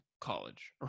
college